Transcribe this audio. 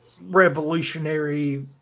revolutionary